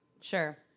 Sure